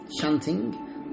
chanting